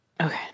Okay